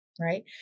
Right